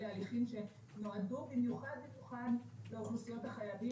אלה הליכים שנועדו במיוחד במיוחד לאוכלוסיות החייבים,